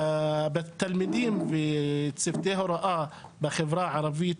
מצביעים על כך שתלמידים וצוותי הוראה בחברה הערבית,